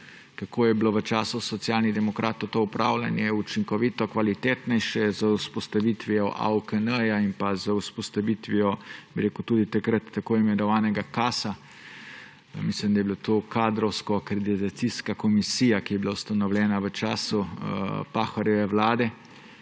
kako je bilo v času Socialnih demokratov to upravljanje učinkovito, kvalitetnejše z vzpostavitvijo AUKN in pa tudi z vzpostavitvijo takrat tako imenovanega KAS. Mislim, da je bila to Kadrovska akreditacijska komisija, ki je bila ustanovljena v času Pahorjeve vlade.